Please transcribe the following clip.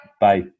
Bye